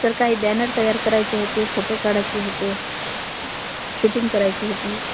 तर काही बॅनर तयार करायचे होते फोटो काढायचे होते शूटिंग करायची होती